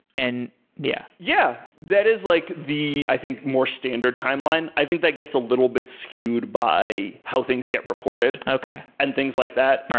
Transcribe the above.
and yeah. yeah, that is like the i think more standard timeline. i think that gets a little bit skewed by how things get reported and things like that.